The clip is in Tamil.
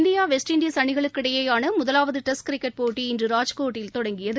இந்தியா வெஸ்ட் இண்டஸ் அணிகளுக்கு இடையேயான முதலாவது டெஸ்ட் கிரிக்கெட் போட்டி இன்று ராஜ்கோட்டில் தொடங்கியது